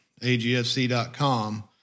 agfc.com